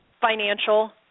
financial